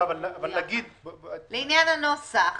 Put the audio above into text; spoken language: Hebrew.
לעניין הנוסח,